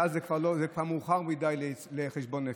ואז זה כבר מאוחר מדי לחשבון נפש.